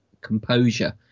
composure